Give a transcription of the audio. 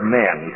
men